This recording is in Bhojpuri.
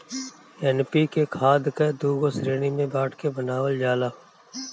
एन.पी.के खाद कअ दूगो श्रेणी में बाँट के बनावल जाला